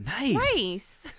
Nice